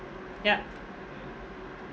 yup